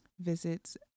visits